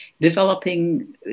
developing